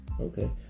okay